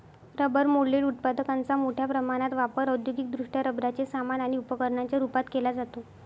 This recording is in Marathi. रबर मोल्डेड उत्पादकांचा मोठ्या प्रमाणात वापर औद्योगिकदृष्ट्या रबराचे सामान आणि उपकरणांच्या रूपात केला जातो